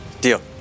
Deal